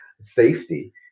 Safety